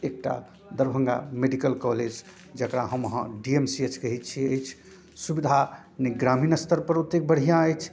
एकटा Darbhanga medical college जकरा हम अहाँ डी एम सी एच कहै छिए अछि सुविधा नहि ग्रामीण स्तरपर ओतेक बढ़िआँ अछि